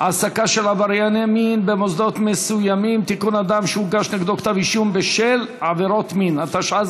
בקריאה טרומית ותועבר לוועדת החוקה,